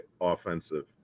offensive